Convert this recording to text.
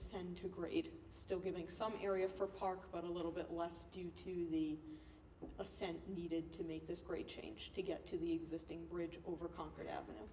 centigrade still giving some area for park but a little bit less due to the ascent needed to make this great change to get to the existing bridge over con